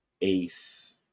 Ace